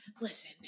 Listen